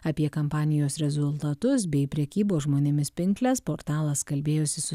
apie kampanijos rezultatus bei prekybos žmonėmis pinkles portalas kalbėjosi su